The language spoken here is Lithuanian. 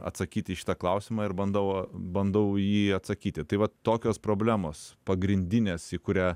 atsakyti į šitą klausimą ir bandau bandau į jį atsakyti tai vat tokios problemos pagrindinės į kurią